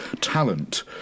talent